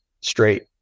straight